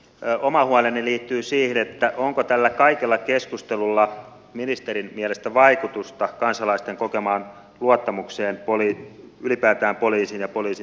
oma huoleni liittyy siihen onko tällä kaikella keskustelulla ministerin mielestä vaikutusta kansalaisten kokemaan luottamukseen ylipäätään poliisiin ja poliisin tuottamiin palveluihin